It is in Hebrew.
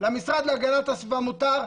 למשרד להגנת הסביבה מותר,